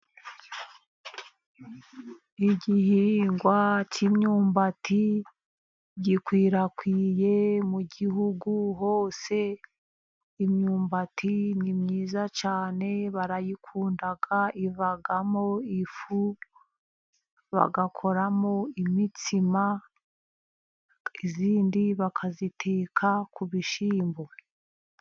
Igihingwa cy'imyumbati gikwirakwiye mu gihugu hose. Imyumbati ni myiza cyane barayikunda, ivamo ifu bagakoramo imitsima, iyindi bakayiteka ku bishyimbo.